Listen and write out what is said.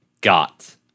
Got